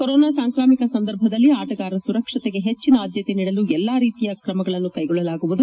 corona ಸಾಂಕ್ರಾಮಿಕ ಸಂದರ್ಭದಲ್ಲಿ ಆಟಗಾರರ ಸುರಕ್ಷಕೆಗೆ ಹೆಚ್ಚಿನ ಆದ್ಯತೆ ನೀಡಲು ಎಲ್ಲ ರೀತಿಯ ಕ್ರಮಗಳನ್ನು ಕೈಗೊಳ್ಳಲಾಗುವುದು